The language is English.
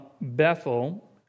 Bethel